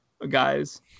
guys